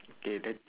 okay that